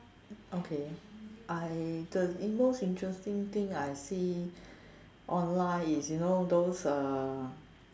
okay I the most interesting thing I see online is you know those uh